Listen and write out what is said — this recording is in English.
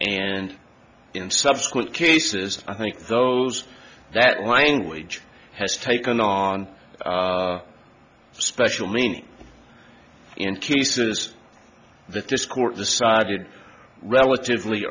and in subsequent cases i think those that language has taken on special meaning in cases that this court decided relatively